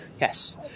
yes